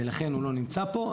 ולכן הוא לא נמצא פה,